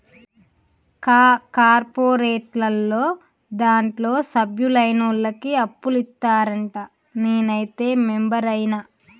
కా కార్పోరేటోళ్లు దాంట్ల సభ్యులైనోళ్లకే అప్పులిత్తరంట, నేనైతే మెంబరైన